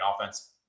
offense